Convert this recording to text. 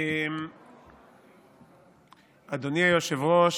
אדוני היושב-ראש,